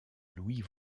louis